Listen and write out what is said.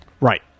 Right